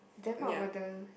then what about the